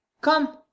Come